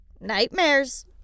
Nightmares